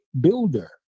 builder